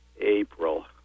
April